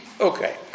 Okay